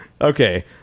Okay